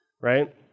right